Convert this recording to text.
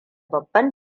babban